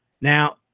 now